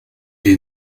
est